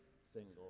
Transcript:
single